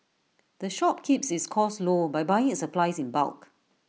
the shop keeps its costs low by buying its supplies in bulk